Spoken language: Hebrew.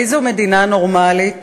איזו מדינה נורמלית